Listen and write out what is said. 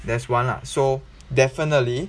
that's one lah so definitely